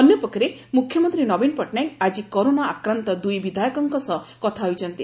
ଅନ୍ୟପକ୍ଷରେ ମୁଖ୍ୟମନ୍ତୀ ନବୀନ ପଟ୍ଟନାୟକ ଆଜି କରୋନା ଆକ୍ରାନ୍ତ ଦୁଇ ବିଧାୟକଙ୍କ ସହ କଥା ହୋଇଛନ୍ତି